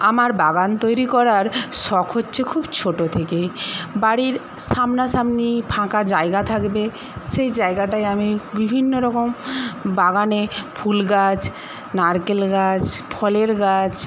আমার বাগান তৈরি করার শখ হচ্ছে খুব ছোটো থেকেই বাড়ির সামনা সামনি ফাঁকা জায়গা থাকবে সেই জায়গাটায় আমি বিভিন্ন রকম বাগানে ফুল গাছ নারকেল গাছ ফলের গাছ